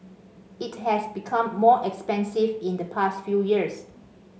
it has become more expensive in the past few years